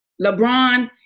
LeBron